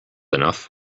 enough